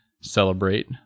celebrate